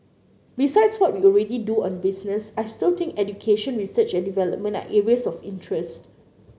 besides what we already do on business I still think education research and development are areas of interest